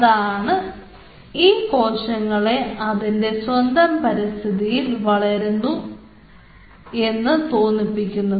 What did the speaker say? അതാണ് ഈ കോശങ്ങളെ അതിൻറെ സ്വന്തം പരിസ്ഥിതിയിൽ വളരുന്നു എന്ന് തോന്നിപ്പിക്കുന്നത്